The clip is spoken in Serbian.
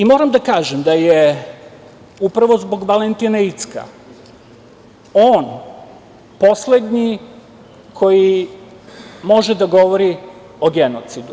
Moram da kažem, da je upravo zbog Valentina Incka, on poslednji koji može da govori o genocidu.